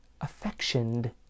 affectioned